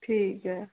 ਠੀਕ ਹੈ